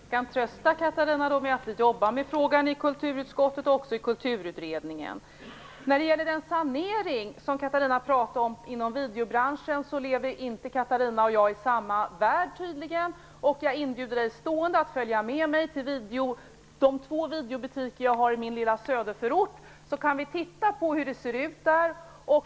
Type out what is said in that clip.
Fru talman! Jag kan trösta Catarina Rönnung med att jag jobbar med frågan i kulturutskottet och också i Kulturutredningen. När det gäller den sanering inom videobranschen som Catarina Rönnung talade om lever tydligen inte Catarina Rönnung och jag i samma värld. Jag ger en stående inbjudan till Catarina Rönnung att följa med mig till de två videobutiker som finns i min lilla söderförort så att vi kan titta på hur det ser ut där.